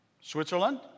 Switzerland